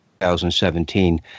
2017